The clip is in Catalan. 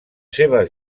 seves